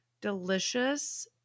delicious